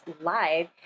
live